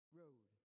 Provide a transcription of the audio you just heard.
road